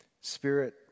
Spirit